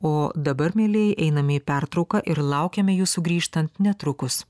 o dabar mielieji einame į pertrauką ir laukiame jūsų grįžtan netrukus